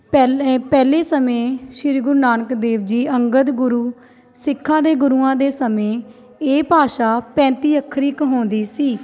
ਪਹਿਲ ਪਹਿਲੇ ਸਮੇਂ ਸ਼੍ਰੀ ਗੁਰੂ ਨਾਨਕ ਦੇਵ ਜੀ ਅੰਗਦ ਗੁਰੂ ਸਿੱਖਾਂ ਦੇ ਗੁਰੂਆਂ ਦੇ ਸਮੇਂ ਇਹ ਭਾਸ਼ਾ ਪੈਂਤੀ ਅੱਖਰੀ ਕਹਾਉਂਦੀ ਸੀ